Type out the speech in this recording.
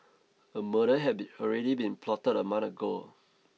a murder had be already been plotted a month ago